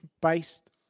based